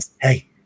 hey